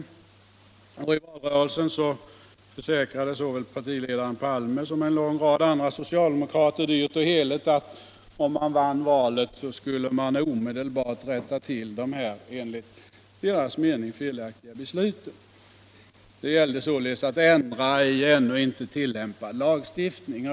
I valrörelsen försäkrade såväl partiledaren Palme som en lång rad andra socialdemokrater heligt och dyrt att man, om man vann valet, omedelbart skulle rätta till dessa enligt deras mening felaktiga beslut. Det gällde således att ändra i ännu inte tillämpad lagstiftning.